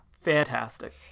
Fantastic